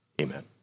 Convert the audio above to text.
Amen